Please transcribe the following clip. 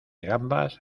gambas